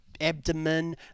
abdomen